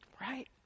Right